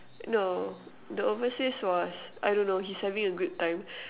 no the overseas was I don't know he's having a good time